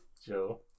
Joe